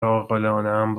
عاقلانهام